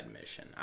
mission